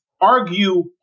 argue